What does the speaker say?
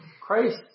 Christ